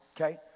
okay